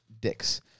dicks